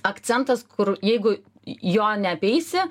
akcentas kur jeigu jo neapeisi